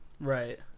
Right